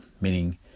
meaning